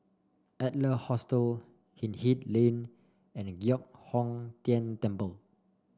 Adler Hostel Hindhede Lane and Giok Hong Tian Temple